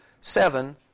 seven